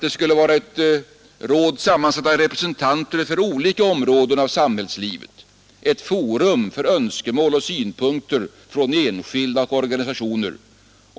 Det skall vara ett råd sammansatt av representanter för olika områden av samhällslivet, ett forum för önskemål och synpunkter från enskilda och organisationer.